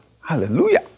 Hallelujah